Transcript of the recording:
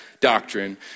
doctrine